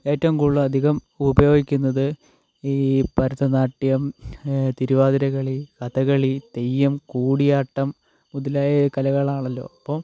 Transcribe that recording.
ഏറ്റവും കൂടുതൽ അധികം ഉപയോഗിക്കുന്നത് ഈ ഭരതനാട്യം തിരുവാതിരകളി കഥകളി തെയ്യം കൂടിയാട്ടം മുതലായ കലകളാണല്ലോ അപ്പോൾ